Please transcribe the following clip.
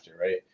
right